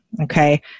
Okay